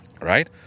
Right